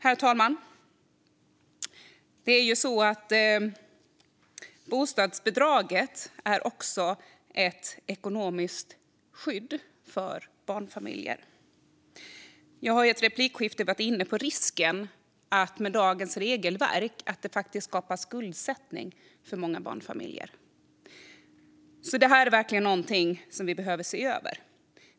Herr talman! Bostadsbidraget är också ett ekonomiskt skydd för barnfamiljer. Jag har i ett replikskifte varit inne på risken att dagens regelverk skapar skuldsättning för många barnfamiljer. Detta är verkligen något som vi behöver se över.